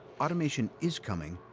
automation is coming,